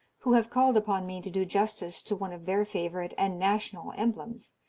who have called upon me to do justice to one of their favourite and national emblems,